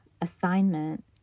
assignment